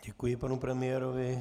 Děkuji panu premiérovi.